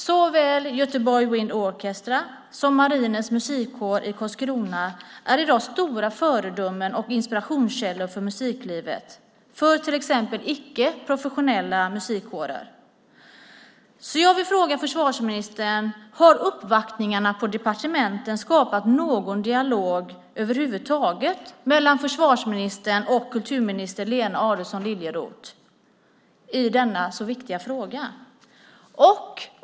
Såväl Göteborg Wind Orchestra som Marinens musikkår i Karlskrona är i dag stora föredömen och inspirationskällor för musiklivet för till exempel icke professionella musikkårer. Jag vill alltså fråga försvarsministern: Har uppvaktningarna på departementen skapat någon dialog över huvud taget mellan försvarsministern och kulturminister Lena Adelsohn Liljeroth i denna så viktiga fråga?